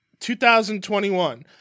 2021